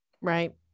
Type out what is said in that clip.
Right